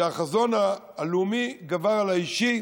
שבו החזון הלאומי גבר על האישי